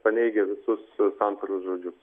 paneigia visus santaros žodžius